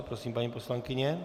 Prosím, paní poslankyně.